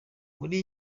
muri